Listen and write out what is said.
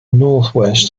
northwest